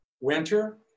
Winter